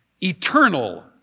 eternal